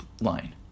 line